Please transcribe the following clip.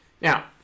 Now